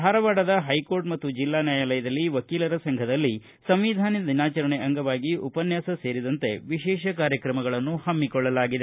Dharwad high court ಮತ್ತು ಜಿಲ್ಲಾ ನ್ನಾಯಾಲಯದಲ್ಲಿ ವಕೀಲರ ಸಂಘದಲ್ಲಿ ಸಂವಿಧಾನ ದಿನಾಚರಣೆ ಅಂಗವಾಗಿ ಉಪನ್ನಾಸ ಸೇರಿದಂತೆ ವಿಶೇಷ ಕಾರ್ಯಕ್ರಮಗಳನ್ನು ಹಮ್ಸಿಕೊಳ್ಳಲಾಗಿದೆ